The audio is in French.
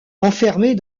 enfermés